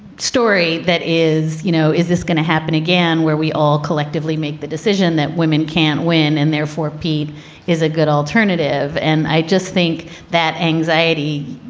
story that is, you know, is this gonna happen again where we all collectively make the decision that women can't win and therefore, pede is a good alternative. and i just think that anxiety,